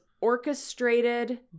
orchestrated